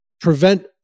prevent